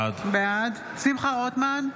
בעד שמחה רוטמן,